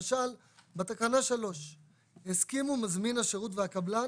למשל, בתקנה 3. "הסכימו מזמין השירות והקבלן